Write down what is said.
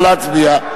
נא להצביע.